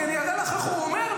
כי אני אענה לך איך הוא אומר,